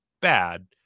bad